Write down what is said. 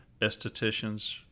estheticians